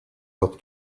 helped